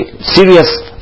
serious